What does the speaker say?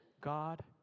God